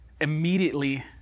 immediately